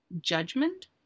judgment